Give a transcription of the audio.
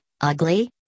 ugly